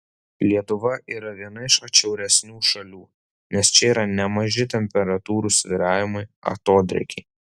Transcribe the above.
lietuva yra viena iš atšiauresnių šalių nes čia yra nemaži temperatūrų svyravimai atodrėkiai